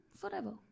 forever